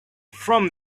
from